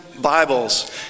Bibles